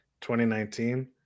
2019